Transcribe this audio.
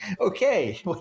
okay